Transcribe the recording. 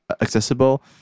accessible